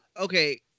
Okay